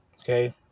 Okay